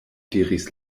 diris